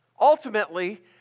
ultimately